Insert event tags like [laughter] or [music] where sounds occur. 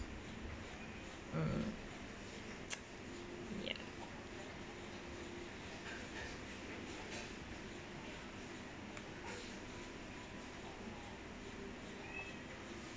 mm [noise] ya